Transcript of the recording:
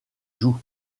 joues